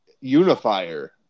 unifier